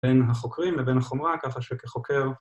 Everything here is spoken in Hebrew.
‫בין החוקרים לבין החומרה, ‫ככה שכחוקר...